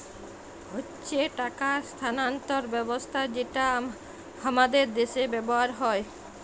হচ্যে টাকা স্থানান্তর ব্যবস্থা যেটা হামাদের দ্যাশে ব্যবহার হ্যয়